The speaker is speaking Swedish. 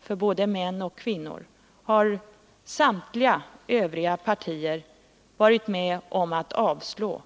för både män och kvinnor har samtliga övriga partier varit med om att avslå.